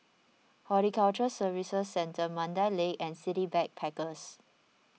Horticulture Services Centre Mandai Lake and City Backpackers